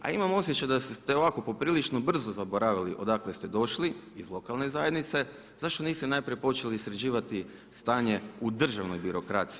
A imam osjećaj da ste ovako poprilično brzo zaboravili odakle ste došli, iz lokalne zajednice, zašto niste najprije počeli sređivati stanje u državnoj birokraciji.